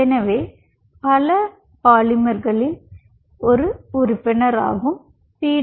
எனவே பல பாலிமர்களில் ஒரு உறுப்பினராகும் பி